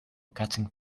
catching